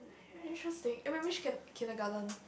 interesting eh which kin~ kindergarten